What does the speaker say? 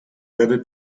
breve